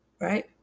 Right